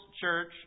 church